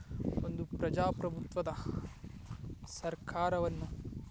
ಒಂದು ಪ್ರಜಾಪ್ರಭುತ್ವದ ಸರ್ಕಾರವನ್ನು